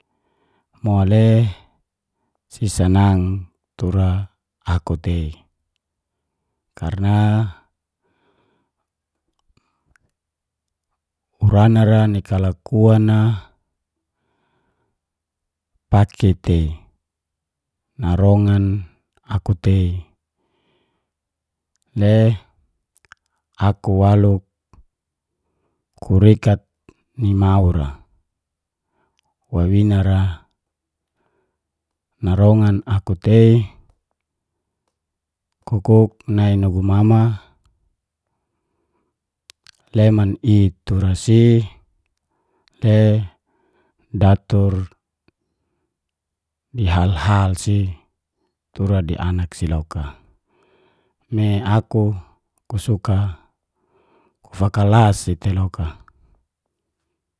Mole si sanang tura aku tei, karena urana ra ni kalakuan a pake tei. Narongan aku tei, le aku waluk kurekat ni mau ra wawina ra narongan aku tei, ku kuk nai nugu mama leman i tura si le datur di hal-hal si tura di anak si loka me aku ku suka kufakalas si tei loka.